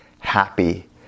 happy